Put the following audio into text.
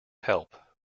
help